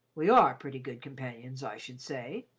we are pretty good companions, i should say,